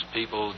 people